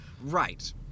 Right